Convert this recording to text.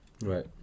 Right